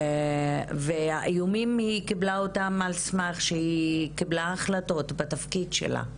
לגבי האיומים היא קיבלה אותם על סמך שהיא קיבלה החלטות בתפקיד שלה,